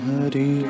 Hari